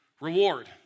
Reward